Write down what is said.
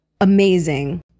amazing